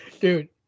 dude